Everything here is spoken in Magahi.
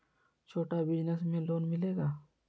छोटा बिजनस में लोन मिलेगा?